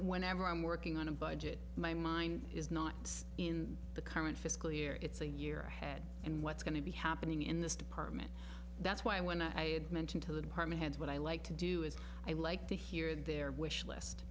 whenever i'm working on a budget my mind is not in the current fiscal year it's a year ahead and what's going to be happening in this department that's why when i mention to the department heads what i like to do is i like to hear their wish list